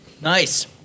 Nice